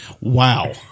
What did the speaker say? Wow